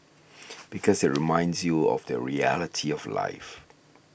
because it reminds you of the reality of life